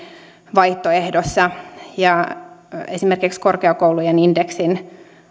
vaihtoehdossa ja esimerkiksi korkeakoulujen indeksin